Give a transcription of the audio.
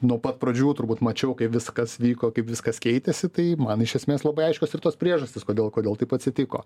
nuo pat pradžių turbūt mačiau kaip viskas vyko kaip viskas keitėsi tai man iš esmės labai aiškios ir tos priežastys kodėl kodėl taip atsitiko